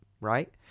right